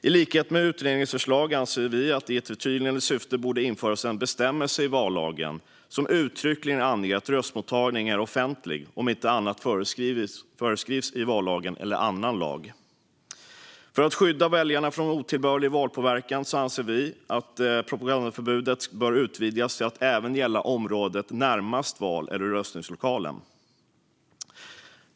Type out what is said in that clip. I likhet med utredningens förslag anser vi att det i förtydligande syfte borde införas en bestämmelse i vallagen som uttryckligen anger att röstmottagning är offentlig, om inte annat föreskrivs i vallagen eller annan lag. För att skydda väljarna från otillbörlig valpåverkan anser vi att propagandaförbudet bör utvidgas till att även gälla området närmast val eller röstningslokalen.